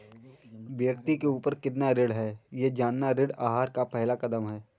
व्यक्ति के ऊपर कितना ऋण है यह जानना ऋण आहार का पहला कदम है